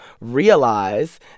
realize